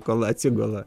kol atsigula